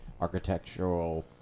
architectural